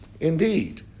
indeed